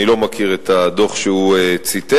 אני לא מכיר את הדוח שהוא ציטט,